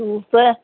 सूफ़